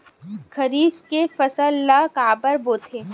खरीफ के फसल ला काबर बोथे?